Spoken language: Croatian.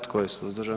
Tko je suzdržan?